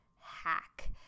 hack